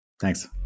Thanks